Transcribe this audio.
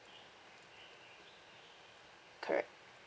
correct